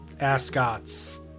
ascots